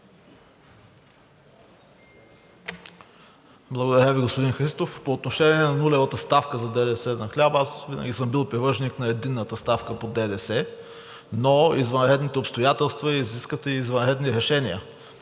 Благодаря Ви, господин Христов. По отношение на нулевата ставка за ДДС на хляба. Винаги съм бил привърженик на единната ставка по ДДС, но извънредните обстоятелства изискват и извънредни решения,